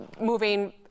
moving